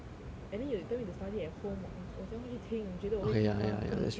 and then you tell me to study at home 我我怎样会去听你觉得我会听吗不可能听的